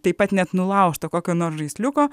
taip pat net nulaužto kokio nors žaisliuko